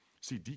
See